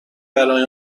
برای